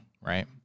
Right